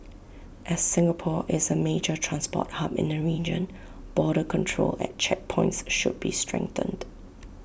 as Singapore is A major transport hub in the region border control at checkpoints should be strengthened